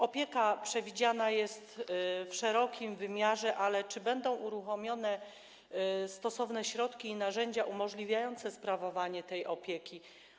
Opieka przewidziana jest w szerokim wymiarze, ale czy będą uruchomione stosowne środki i narzędzia umożliwiające sprawowanie tej opieki?